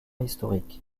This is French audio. historiques